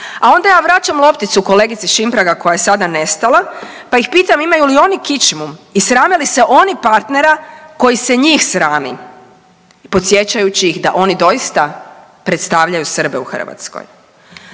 A onda ja vraćam lopticu kolegici Šimpraga koja je sada nestala pa ih pitam, imaju li oni kičmu i srame li se oni partnera koji se njih srami i podsjećaju ih da oni doista predstavljaju Srbe u Hrvatskoj.